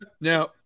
Now